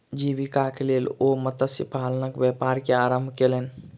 जीवीकाक लेल ओ मत्स्य पालनक व्यापार के आरम्भ केलैन